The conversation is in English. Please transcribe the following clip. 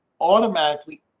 automatically